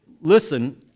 listen